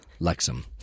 Lexum